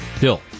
Bill